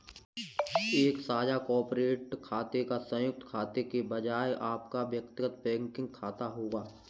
एक साझा कॉर्पोरेट खाते या संयुक्त खाते के बजाय आपका व्यक्तिगत बैंकिंग खाता होगा